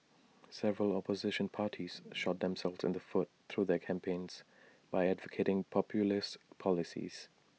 several opposition parties shot themselves in the foot through their campaigns by advocating populist policies